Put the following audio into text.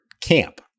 camp